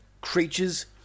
creatures